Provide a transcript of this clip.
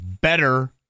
better